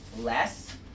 Less